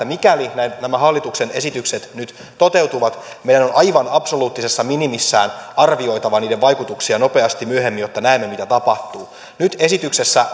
mikäli nämä hallituksen esitykset nyt toteutuvat meidän on aivan absoluuttisessa minimissään arvioitava niiden vaikutuksia nopeasti myöhemmin jotta näemme mitä tapahtuu nyt esityksessä